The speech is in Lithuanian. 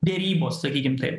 derybos sakykim taip